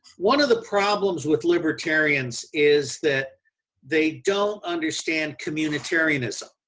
one of the problems with libertarians is that they don't understand communitarianism.